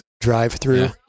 drive-through